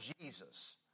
Jesus